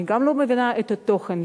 אני גם לא מבינה את התוכן.